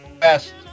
best